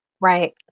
Right